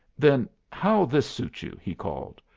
then how'll this suit you? he called.